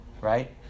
right